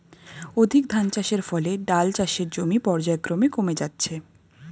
অধিক ধানচাষের ফলে ডাল চাষের জমি পর্যায়ক্রমে কমে যাচ্ছে